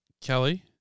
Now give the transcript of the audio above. Kelly